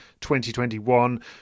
2021